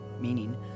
meaning